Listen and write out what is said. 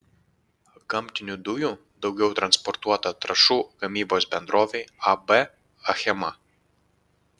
gamtinių dujų daugiau transportuota trąšų gamybos bendrovei ab achema